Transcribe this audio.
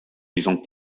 lisant